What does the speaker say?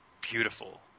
beautiful